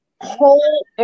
Whole